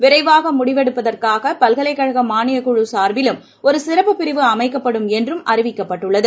விரைவாக முடிவெடுப்பதற்காக பல்கலைக்கழக மானியக் குழு சார்பிலும் ஒரு சிறப்புப் பிரிவு அமைக்கப்படும் என்று அறிவிக்கப்பட்டுள்ளது